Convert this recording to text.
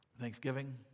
Thanksgiving